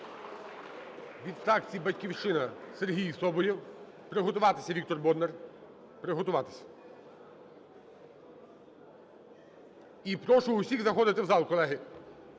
Від фракції "Батьківщина" Сергій Соболєв. Приготуватися – Віктор Бондар. Приготуватися. І прошу усіх заходити в зал, колеги.